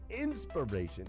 inspiration